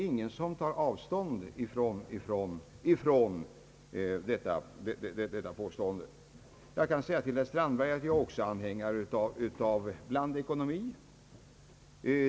Ingen tar avstånd från denna ståndpunkt. Jag vill säga till herr Strandberg att också jag är anhängare av blandekonomi.